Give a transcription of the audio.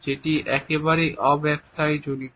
যেটি একেবারেই অব্যবসায়ীজনিত